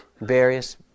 various